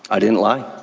i didn't lie.